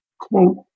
quote